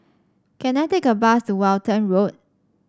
can I take a bus to Walton Road